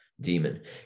demon